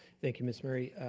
thank you, ms. murray.